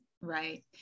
Right